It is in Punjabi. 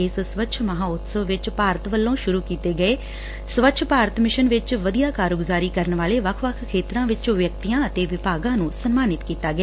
ਇਸ ਸਵੱਛ ਮਹਾਉਤਸਵ ਵਿੱਚ ਭਾਰਤ ਵੱਲੋ ਸ਼ੁਰੁ ਕੀਤੇ ਗਏ ਸਵੱਛ ਭਾਰਤ ਮਿਸ਼ਨ ਵਿੱਚ ਵਧੀਆ ਕਾਰਗੁਜਾਰੀ ਕਰਨ ਵਾਲੇ ਵੱਖ ਵੱਖ ਖੇਤਰਾ ਵਿੱਚ ਵਿਅਕਤੀਆ ਅਤੇ ਵਿਭਾਗਾ ਨੂੰ ਸਨਮਾਨਿਤ ਕੀਤਾ ਗਿਆ